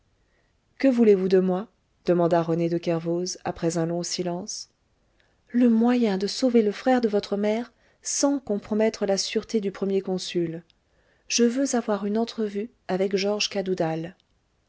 que voulez-vous de moi demanda rené de kervoz après un long silence le moyen de sauver le frère de votre mère sans compromettre la sûreté du premier consul je veux avoir une entrevue avec georges cadoudal